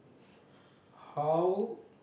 how